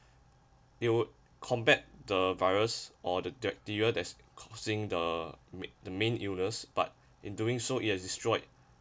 they would combat the virus or the bacteria that is causing the main the main illness but in doing so it has destroyed